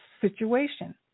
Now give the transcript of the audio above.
situation